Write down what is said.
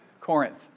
Corinth